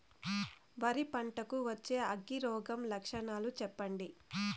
వరి పంట కు వచ్చే అగ్గి రోగం లక్షణాలు చెప్పండి?